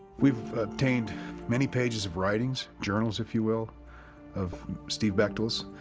we've obtained many pages of writings journals, if you will of steve bechtel's.